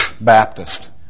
Baptist